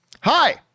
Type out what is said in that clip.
hi